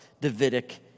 Davidic